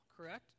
correct